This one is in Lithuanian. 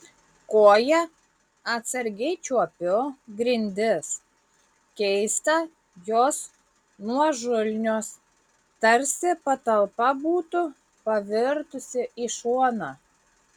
koja atsargiai čiuopiu grindis keista jos nuožulnios tarsi patalpa būtų pavirtusi į šoną